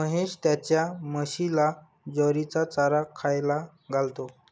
महेश त्याच्या म्हशीला ज्वारीचा चारा खायला घालतो